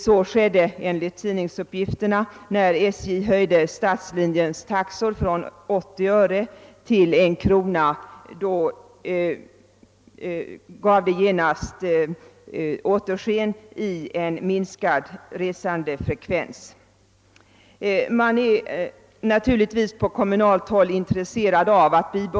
Så skedde enligt uppgifter i tidningarna när SJ höjde stadslinjens taxor från 80 öre till 1 krona.